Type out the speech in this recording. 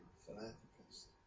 philanthropist